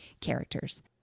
characters